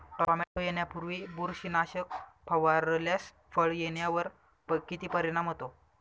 Tomato येण्यापूर्वी बुरशीनाशक फवारल्यास फळ येण्यावर किती परिणाम होतो?